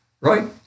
right